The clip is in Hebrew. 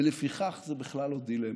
ולפיכך זו בכלל לא דילמה.